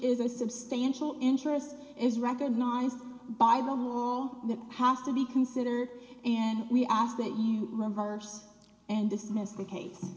a substantial interest is recognized by rome wall that has to be considered and we ask that you reverse and dismiss the case